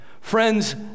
Friends